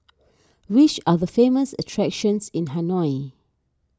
which are the famous attractions in Hanoi